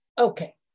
Okay